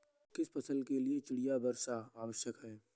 किस फसल के लिए चिड़िया वर्षा आवश्यक है?